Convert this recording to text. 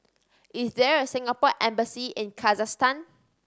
is there a Singapore Embassy in Kazakhstan